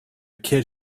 kid